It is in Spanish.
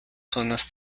zonas